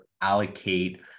allocate